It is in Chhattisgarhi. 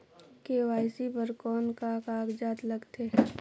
के.वाई.सी बर कौन का कागजात लगथे?